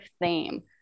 theme